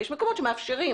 ויש מקומות שמאפשרים.